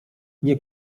nie